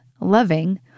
loving